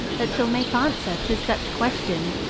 that shall make answere to such questions,